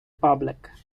public